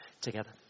together